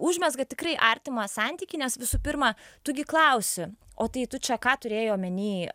užmezga tikrai artimą santykį nes visų pirma tu gi klausi o tai tu čia ką turėjai omeny